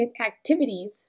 activities